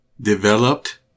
Developed